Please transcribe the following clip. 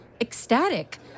Ecstatic